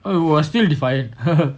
oh you are still defiant